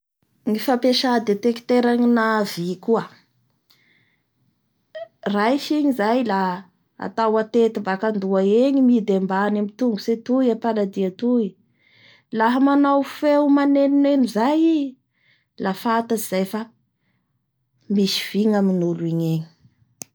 Ny fampiasa detectera na vy koa la atao atety baka andoa egny midy ambany amin'ny tongotsy atoy paladia toy laha amanao feo manenoneno zay i, la fatatsy zay fa misy vy ny amin'ny olo igny egny.